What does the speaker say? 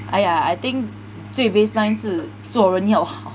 !aiya! I think 最 baseline 是做人要好